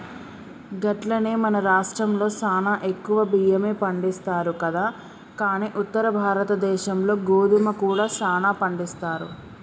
గట్లనే మన రాష్ట్రంలో సానా ఎక్కువగా బియ్యమే పండిస్తారు కదా కానీ ఉత్తర భారతదేశంలో గోధుమ కూడా సానా పండిస్తారు